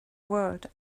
world